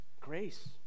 grace